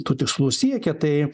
tų tikslų siekė tai